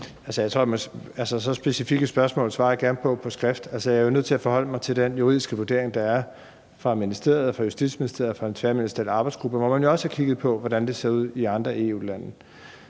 (Jeppe Bruus): Så specifikke spørgsmål svarer jeg gerne på på skrift. Jeg er nødt til at forholde mig til den juridiske vurdering, der er fra ministeriet, fra Justitsministeriet og fra en tværministeriel arbejdsgruppe, hvor man jo også har kigget på, hvordan det ser ud i andre EU-lande.